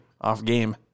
off-game